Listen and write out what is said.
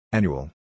Annual